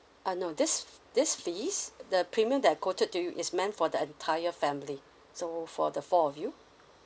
uh no this this fees the premium that I quoted to you is meant for the entire family so for the four of you